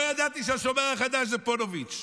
לא ידעתי שהשומר החדש זה פוניבז'.